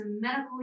medical